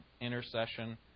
intercession